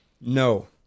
No